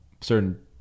certain